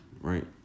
right